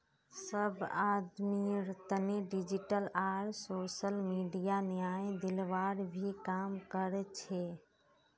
सब आदमीर तने डिजिटल आर सोसल मीडिया न्याय दिलवार भी काम कर छे